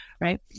right